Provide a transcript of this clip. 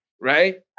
Right